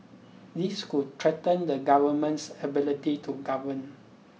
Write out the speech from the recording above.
this could threaten the government's ability to govern